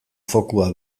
fokua